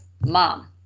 mom